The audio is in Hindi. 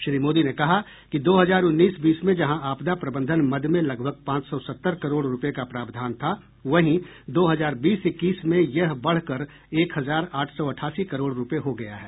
श्री मोदी ने कहा कि दो हजार उन्नीस बीस में जहां आपदा प्रबंधन मद में लगभग पांच सौ सत्तर करोड़ रूपये का प्रावधान था वहीं दो हजार बीस इक्कीस में यह बढ़ कर एक हजार आठ सौ अठासी करोड़ रूपये हो गया है